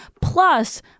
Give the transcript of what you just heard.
Plus